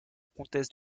comtesse